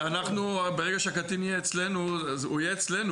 ברגע שהקטין יהיה אצלנו, הוא יהיה אצלנו.